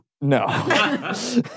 No